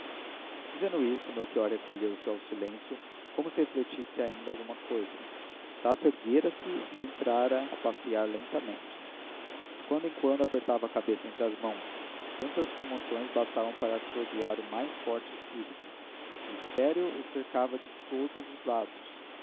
melchior recolheu-se ao silêncio como se refletisse ainda alguma coisa estácio erguera-se e entrara a passear lentamente de quando em quando apertava a cabeça entre as mãos tantas comoções bastavam para atordoar mais forte espírito o mistério o cercava de todos os lados